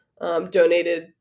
donated